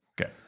Okay